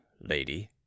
lady